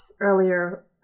earlier